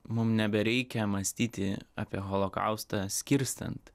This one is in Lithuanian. mums nebereikia mąstyti apie holokaustą skirstant